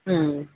മ്മ്